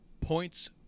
Points